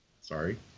Sorry